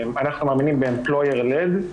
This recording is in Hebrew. אנחנו מאמינים ב- employer led,